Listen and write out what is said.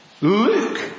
Luke